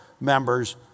members